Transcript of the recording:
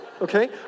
okay